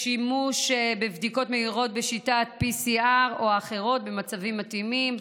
שימוש בבדיקות מהירות בשיטת PCR או אחרות במצבים מתאימים,